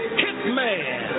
hitman